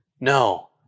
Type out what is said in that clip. No